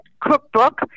cookbook